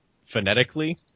phonetically